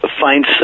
find